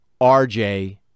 RJ